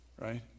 right